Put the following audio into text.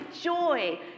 joy